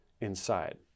inside